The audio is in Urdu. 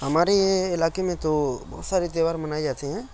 ہمارے علاقے میں تو بہت سارے تہوار منائے جاتے ہیں